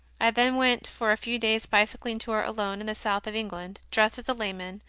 i then went for a few days bicycling tour alone in the south of england, dressed as a layman,